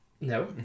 No